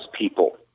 people